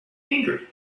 angry